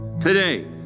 Today